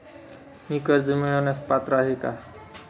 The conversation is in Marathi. मी कर्ज मिळवण्यास पात्र आहे का?